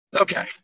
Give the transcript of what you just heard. Okay